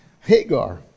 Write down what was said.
Hagar